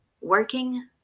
working